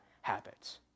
habits